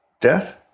death